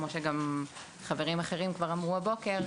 כמו שגם חברים אחרים כבר אמרו הבוקר,